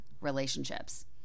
relationships